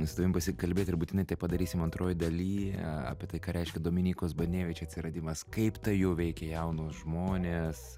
su tavim pasikalbėt ir būtinai tai padarysim antroj daly apie tai ką reiškia dominykos banevič atsiradimas kaip tai jau veikia jaunus žmones